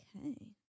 Okay